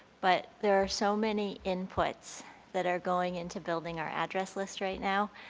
but there are so many inputs that are going into building our address list right now.